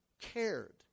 cared